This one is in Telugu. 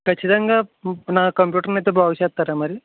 ఖచ్చితంగా నా కంప్యూటర్ని అయితే బాగు చేస్తారా మరి